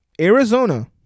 Arizona